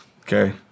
Okay